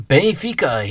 Benfica